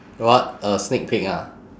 what a sneak peek ah